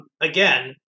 Again